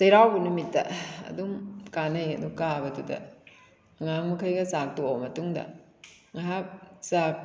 ꯆꯩꯔꯥꯎꯕ ꯅꯨꯃꯤꯠꯇ ꯑꯗꯨꯝ ꯀꯥꯅꯩ ꯑꯗꯨ ꯀꯥꯕꯗꯨꯗ ꯑꯉꯥꯡ ꯃꯈꯩꯒ ꯆꯥꯛ ꯇꯣꯛꯂ ꯃꯇꯨꯡꯗ ꯉꯥꯏꯍꯥꯛ ꯆꯥꯛ